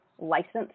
licensed